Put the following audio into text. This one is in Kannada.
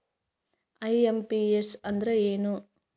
ಐ.ಎಂ.ಪಿ.ಎಸ್ ಅಂದ್ರ ಏನು?